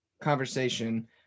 conversation